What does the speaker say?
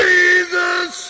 Jesus